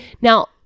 Now